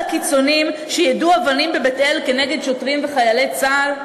הקיצונים שיידו אבנים בבית-אל כנגד שוטרים וחיילי צה"ל?